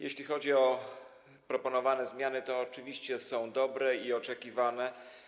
Jeśli chodzi o proponowane zmiany, to oczywiście są one dobre i oczekiwane.